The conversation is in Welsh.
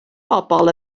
bobl